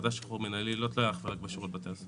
החלטת שחרור מינהלי לא תלויה אך ורק בשירות בתי הסוהר.